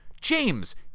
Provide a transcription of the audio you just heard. James